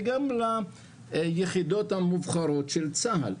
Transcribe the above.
וגם ליחידות המובחרות של צה"ל.